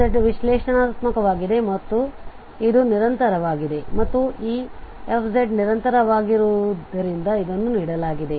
f ವಿಶ್ಲೇಷಣಾತ್ಮಕವಾಗಿದೆ ಮತ್ತು ಆದ್ದರಿಂದ ಇದು ನಿರಂತರವಾಗಿದೆ ಮತ್ತು ಈ f ನಿರಂತರವಾಗಿರುವುದರಿಂದ ಇದನ್ನು ನೀಡಲಾಗಿದೆ